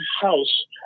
house